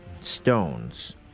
stones